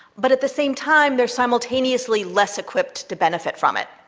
but at the same time they are simultaneously less equipped to benefit from it.